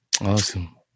Awesome